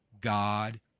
God